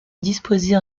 disposés